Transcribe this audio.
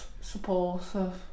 supportive